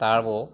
turbo